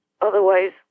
otherwise